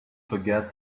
forget